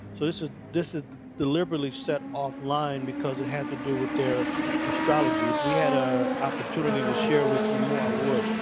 so this is this is deliberately set off line because it had to do with their astrology. if we had an ah opportunity to share with you more, i would.